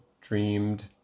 dreamed